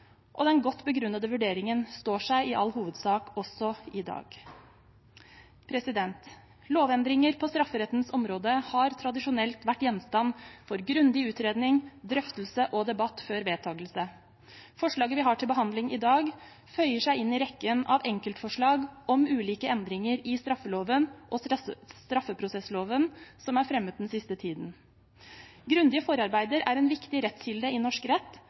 og den godt begrunnede vurderingen står seg i all hovedsak også i dag. Lovendringer på strafferettens område har tradisjonelt vært gjenstand for grundig utredning, drøftelse og debatt før vedtakelse. Forslaget vi har til behandling i dag, føyer seg inn i rekken av enkeltforslag om ulike endringer i straffeloven og straffeprosessloven som er fremmet den siste tiden. Grundige forarbeider er en viktig rettskilde i norsk rett,